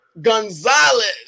Gonzalez